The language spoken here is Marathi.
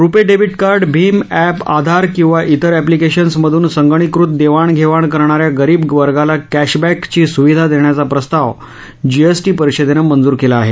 रुपे डेबिट कार्ड भीम ऍप आधार किंवा िठर ऍप्लीकेशन्स मधून संगणकीकृत देवाण घेवाण करणा या गरीब वर्गाला कॅश बॅक ची सुविधा देण्याचा प्रस्ताव जीएसटी परिषदेनं मंजूर केला आहे